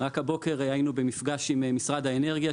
רק הבוקר היינו במפגש עם משרד האנרגיה,